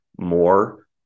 more